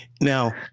Now